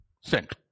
sent